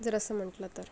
जर असं म्हटलं तर